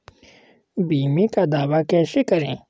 बीमे का दावा कैसे करें?